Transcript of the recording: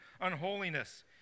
unholiness